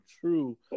true